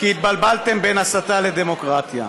כי התבלבלתם בין הסתה לדמוקרטיה,